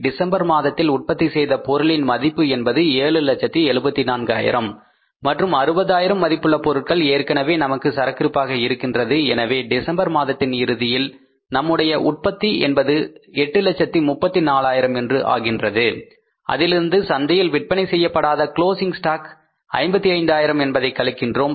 December மாதத்தில் உற்பத்தி செய்த பொருளின் மதிப்பு 774000 மற்றும் 60000 மதிப்புள்ள பொருட்கள் ஏற்கனவே நமக்கு சரக்கிருப்பாக இருக்கின்றது எனவே டிசம்பர் மாதத்தின் இறுதியில் நம்முடைய உற்பத்தி என்பது 834000 என்று ஆகின்றது அதிலிருந்து சந்தையில் விற்பனை செய்யப்படாத கிளோசிங் ஸ்டாக் 55000 என்பதை கழிக்கின்றோம்